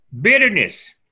bitterness